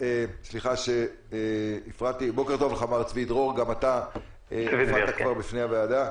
גם אתה הופעת כבר בפני הוועדה.